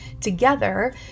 together